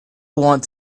want